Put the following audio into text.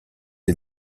est